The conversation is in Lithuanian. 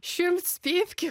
šimts pypkių